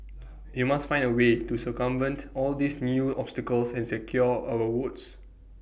we must find A way to circumvent all these new obstacles and secure our votes